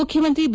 ಮುಖ್ಯಮಂತ್ರಿ ಬಿ